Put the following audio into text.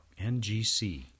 NGC